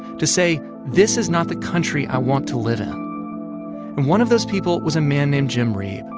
to say, this is not the country i want to live in and one of those people was a man named jim reeb,